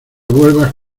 vuelvas